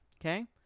Okay